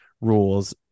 rules